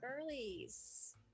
girlies